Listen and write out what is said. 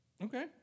Okay